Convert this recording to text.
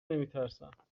نمیترسم